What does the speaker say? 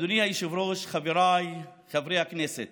אדוני היושב-ראש, חבריי חברי הכנסת,